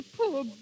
poor